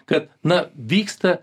kad na vyksta